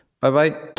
Bye-bye